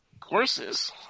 courses